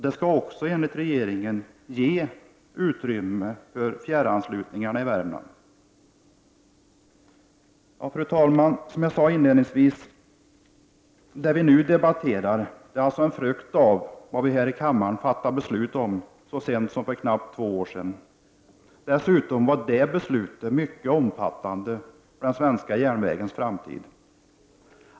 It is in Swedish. Det skall också enligt regeringen ge utrymme för fjärranslutningarna i Värmland. Fru talman! Som jag sade inledningsvis är det vi nu debatterar alltså en frukt av vad vi här i kammaren fattade beslut om så sent som för knappt två år sedan. Dessutom var det beslutet mycket omfattande för svensk järnvägs framtid.